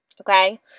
okay